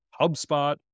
HubSpot